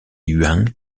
yuan